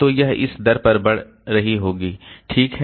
तो यह इस दर पर बढ़ रही होगी ठीक है